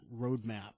roadmap